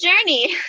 journey